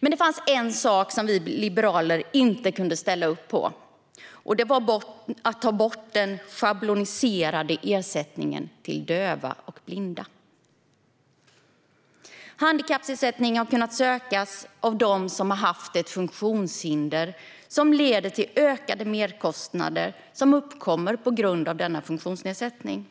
Men det fanns en sak som vi liberaler inte kunde ställa oss bakom, och det var att ta bort den schabloniserade ersättningen till döva och blinda. Handikappersättning har kunnat sökas av dem som har haft ett funktionshinder som leder till ökade merkostnader på grund av denna funktionsnedsättning.